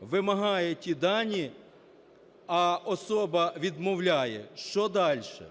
вимагає ті дані, а особа відмовляє, що дальше?